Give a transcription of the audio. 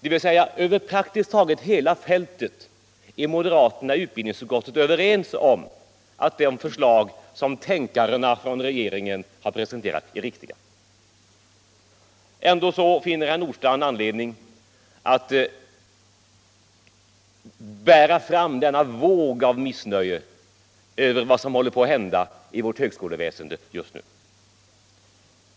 Det betyder att över praktiskt taget hela fältet är moderaterna i utbildningsutskottet överens om att de förslag som ”tänkarna” från regeringen har presenterat är riktiga. Ändå finner herr Nordstrandh anledning att bära fram denna våg av missnöje över vad som håller på att hända i vårt högskoleväsende just nu.